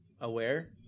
aware